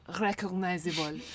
recognizable